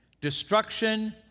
destruction